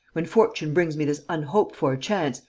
when fortune brings me this unhoped-for chance,